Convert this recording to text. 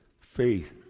Faith